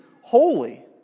holy